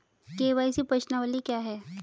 KYC प्रश्नावली क्या है?